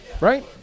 right